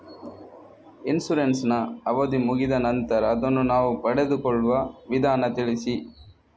Insurance ನ ಅವಧಿ ಮುಗಿದ ನಂತರ ಅದನ್ನು ನಾವು ಪಡೆದುಕೊಳ್ಳುವ ವಿಧಾನ ತಿಳಿಸಿ?